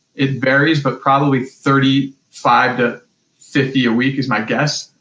it varies, but probably thirty five to fifty a week is my guess.